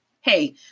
Hey